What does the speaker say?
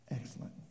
excellent